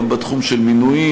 גם בתחום של מינויים.